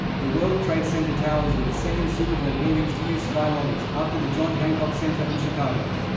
the world trade center towers were the second supertall buildings to use sky lobbies, after the john hancock center in chicago.